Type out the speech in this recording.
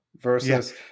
versus